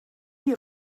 die